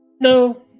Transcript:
No